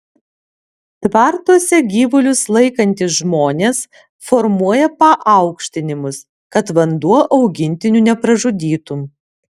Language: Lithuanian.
tvartuose gyvulius laikantys žmonės formuoja paaukštinimus kad vanduo augintinių nepražudytų